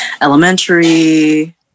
elementary